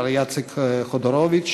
מר יאצק חודורוביץ.